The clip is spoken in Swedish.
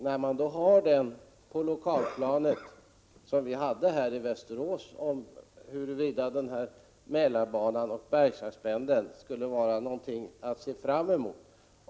För oss på lokalplanet i Västerås var frågeställningen aktuell huruvida Mälarbanan och Bergslagspendeln skulle vara något att se fram emot.